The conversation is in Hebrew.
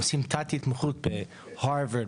עושים תת התמחות בהרווארד,